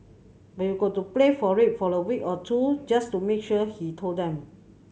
but you've got to play for it for a week or two just to make sure he told them